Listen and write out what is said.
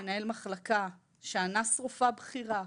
מנהל מחלקה שאנס רופאה בכירה,